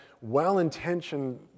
well-intentioned